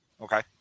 Okay